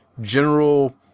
general